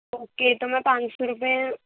okay تو میں پانچ سو روپئے